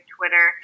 Twitter